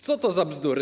Co to za bzdury?